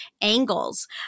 angles